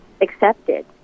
accepted